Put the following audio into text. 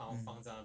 mm